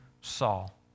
Saul